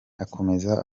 akomeza